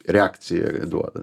reakciją jie duoda